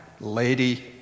lady